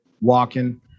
walking